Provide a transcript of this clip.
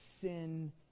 sin